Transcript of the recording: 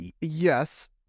Yes